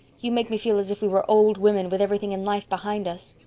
you make me feel as if we were old women with everything in life behind us.